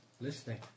Listening